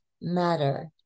matter